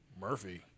Murphy